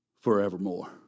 forevermore